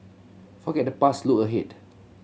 forget the past look ahead